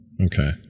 Okay